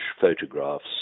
photographs